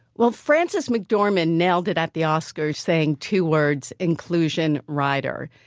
well, frances mcdormand nailed it at the oscars saying two words inclusion rider.